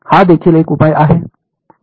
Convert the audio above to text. हा देखील एक उपाय आहे